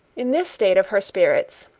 in this state of her spirits,